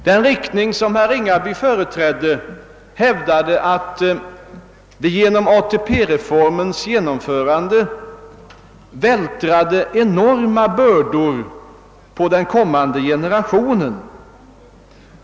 Den riktning som herr Ringaby företrädde hävdade att vi genom ATP-reformen vältrade enorma bördor på den kommande generationen.